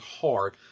hard